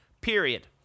period